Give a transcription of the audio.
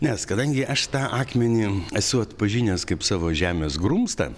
nes kadangi aš tą akmenį esu atpažinęs kaip savo žemės grumstą